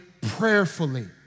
prayerfully